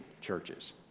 churches